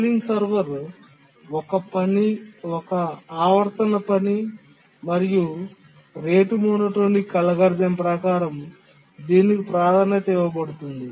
polling server ఒక ఆవర్తన పని మరియు రేటు మోనోటోనిక్ అల్గోరిథం ప్రకారం దీనికి ప్రాధాన్యత ఇవ్వబడుతుంది